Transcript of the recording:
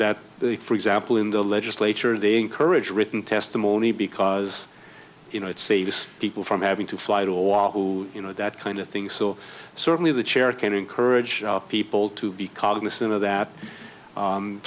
that for example in the legislature they encourage written testimony because you know it saves people from having to fight all who you know that kind of thing so certainly the chair can encourage people to be cognizant of that